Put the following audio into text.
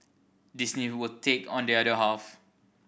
Disney will take on the other half